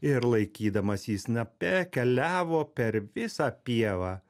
ir laikydamas jį snape keliavo per visą pievą